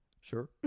sure